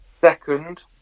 Second